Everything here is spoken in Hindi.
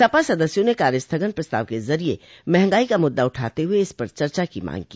सपा सदस्यों ने कार्यस्थगन प्रस्ताव के जरिये महंगाई का मुद्दा उठाते हुए इस पर चर्चा की मांग की